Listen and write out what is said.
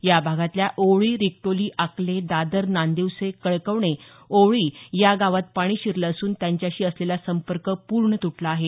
या भागातल्या ओवळी रिक्टोली आकले दादर नांदिवसे कळकवणे ओवळी या गावांत पाणी शिरलं असून त्यांच्याशी असलेला संपर्क तुटला आहे